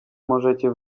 możecie